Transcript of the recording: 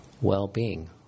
well-being